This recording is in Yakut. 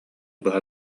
быһа